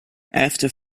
after